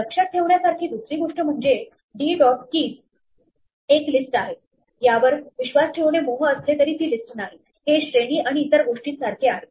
लक्षात ठेवण्यासारखी दुसरी गोष्ट म्हणजे d dot keys एक लिस्ट आहे यावर विश्वास ठेवणे मोह असले तरी ती लिस्ट नाही हे श्रेणी आणि इतर गोष्टींसारखे आहे